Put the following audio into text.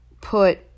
put